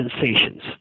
sensations